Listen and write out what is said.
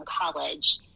college